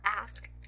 ask